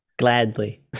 Gladly